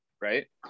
Right